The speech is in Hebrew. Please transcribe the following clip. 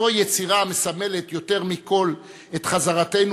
זוהי יצירה המסמלת יותר מכול את חזרתנו,